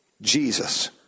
Jesus